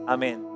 Amen